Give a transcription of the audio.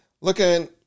looking